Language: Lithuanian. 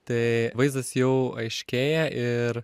tai vaizdas jau aiškėja ir